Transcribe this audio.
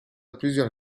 plusieurs